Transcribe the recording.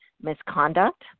misconduct